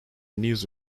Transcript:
news